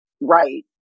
right